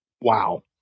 wow